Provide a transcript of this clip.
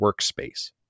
workspace